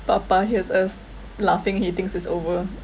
papa hears us laughing he thinks it's over